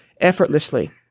effortlessly